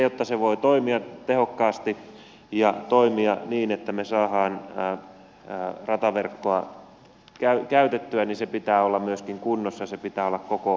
jotta se voi toimia tehokkaasti ja toimia niin että me saamme rataverkkoa käytettyä niin sen pitää olla myöskin kunnossa sen pitää olla koko maata kattava